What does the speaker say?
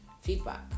feedback